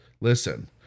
listen